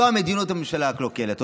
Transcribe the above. זו מדיניות הממשלה הקלוקלת.